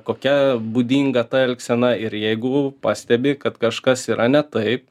kokia būdinga ta elgsena ir jeigu pastebi kad kažkas yra ne taip